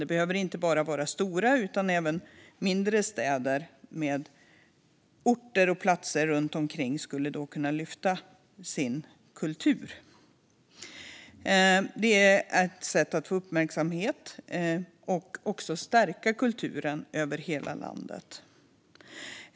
Det behöver inte bara vara stora städer, utan det kan även vara mindre städer, orter och platser som kan få lyfta sin kultur. Det är ett sätt att få uppmärksamhet och också stärka kulturen över hela landet.